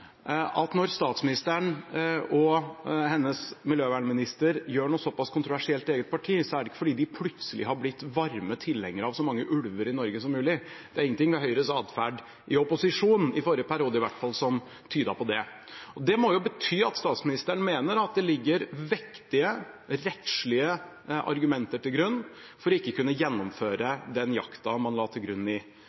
at når statsministeren og hennes klima- og miljøminister gjør noe såpass kontroversielt i eget parti, er det ikke fordi de plutselig har blitt varme tilhengere av så mange ulver i Norge som mulig. Det var ingenting ved Høyres adferd i opposisjon i forrige periode, i hvert fall, som tydet på det. Det må jo bety at statsministeren mener at det ligger vektige, rettslige argumenter til grunn for ikke å kunne gjennomføre den jakten man la til grunn i